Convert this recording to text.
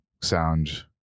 sound